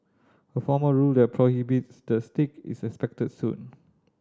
a formal rule that prohibits the stick is expected soon